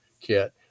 kit